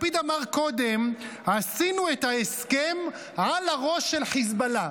לפיד אמר קודם על ראש הממשלה: